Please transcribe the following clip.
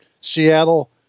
Seattle